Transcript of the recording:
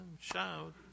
shout